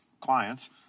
clients